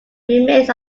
remains